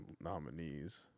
nominees